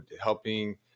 helping